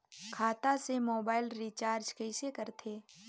खाता से mobile recharge कइसे करथे